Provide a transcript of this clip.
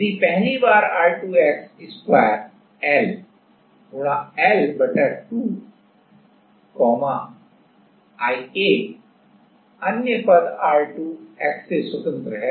यदि पहली बार R2 x वर्ग L L 2 IA अन्य पद R2 x से स्वतंत्र हैं